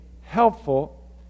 helpful